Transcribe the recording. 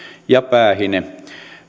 ja päähine